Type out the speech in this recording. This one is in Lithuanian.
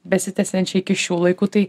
besitęsiančią iki šių laikų tai